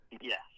Yes